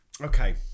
Okay